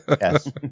Yes